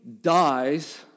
dies